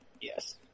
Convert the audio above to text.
yes